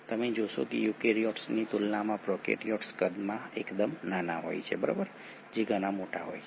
તમે જોશો કે યુકેરીયોટ્સની તુલનામાં પ્રોકેરીયોટ્સ કદમાં એકદમ નાના હોય છે જે ઘણા મોટા હોય છે